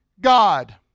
God